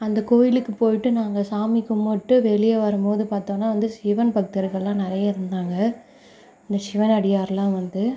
அந்த கோயிலுக்கு போயிட்டு நாங்கள் சாமி கும்பிட்டு வெளியே வரும்போது பார்த்தோம்னா வந்து சிவன் பக்தர்களெலாம் நிறையா இருந்தாங்க இந்த சிவனடியாரெலாம் வந்து